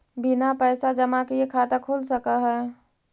बिना पैसा जमा किए खाता खुल सक है?